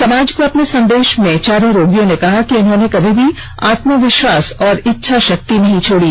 समाज को अपने संदेश में चारों रोगियों ने कहा कि उन्होंने कभी भी आत्मविश्वाास और इच्छाशक्ति नहीं छोड़ी